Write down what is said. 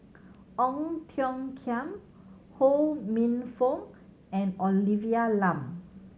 Ong Tiong Khiam Ho Minfong and Olivia Lum